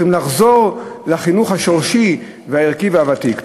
צריכים לחזור לחינוך השורשי, הערכי והוותיק.